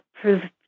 proved